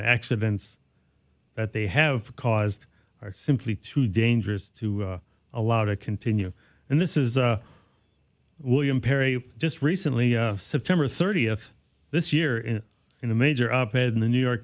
the accidents that they have caused are simply too dangerous to allow to continue and this is william perry just recently september thirtieth this year in in a major up in the new york